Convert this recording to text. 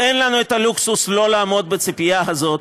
אין לנו את הלוקסוס שלא לעמוד בציפייה הזאת,